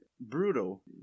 brutal